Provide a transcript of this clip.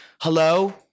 hello